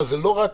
שלא חיים